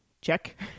Check